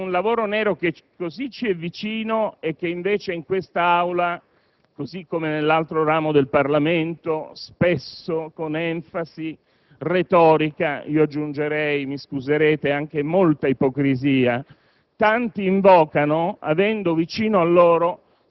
in termini di giustizia per un lavoro nero che così ci è vicino e che invece in quest'Aula, così come nell'altro ramo del Parlamento, spesso con enfasi retorica - io aggiungerei, mi scuserete, anche con molta ipocrisia